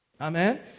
Amen